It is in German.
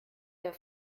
der